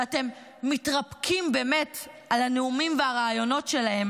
שאתם מתרפקים באמת על הנאומים והרעיונות שלהם,